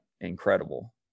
incredible